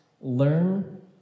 learn